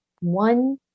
one